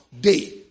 Day